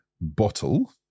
bottle